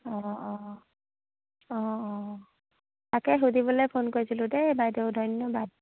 অঁ অঁ অঁ অঁ তাকে সুধিবলৈ ফোন কৰিছিলোঁ দেই বাইদেউ ধন্যবাদ